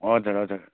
हजुर हजुर